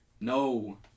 No